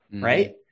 right